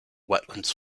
wetlands